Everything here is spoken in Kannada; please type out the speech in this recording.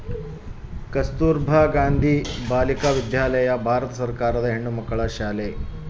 ಕಸ್ತುರ್ಭ ಗಾಂಧಿ ಬಾಲಿಕ ವಿದ್ಯಾಲಯ ಭಾರತ ಸರ್ಕಾರದ ಹೆಣ್ಣುಮಕ್ಕಳ ಶಾಲೆ